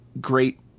great